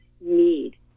need